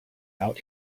out